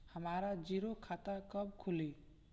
हमरा जीरो खाता कब खुली?